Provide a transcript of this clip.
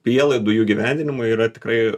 prielaidų jų įgyvendinimui yra tikrai